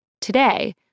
Today